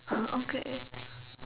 okay